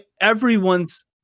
everyone's